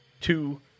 two